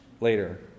later